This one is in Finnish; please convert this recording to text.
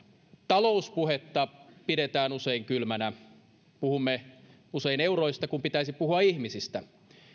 talouspuhetta pidetään usein kylmänä puhumme usein euroista kun pitäisi puhua ihmisistä